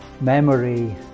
memory